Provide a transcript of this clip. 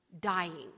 dying